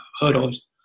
hurdles